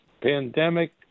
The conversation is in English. pandemic